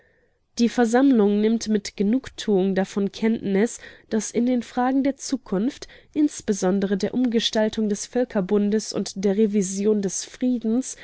die versammlung nimmt mit genugtuung davon kenntnis daß in den fragen der zukunft insbesondere der umgestaltung des völkerbundes und der revision des friedens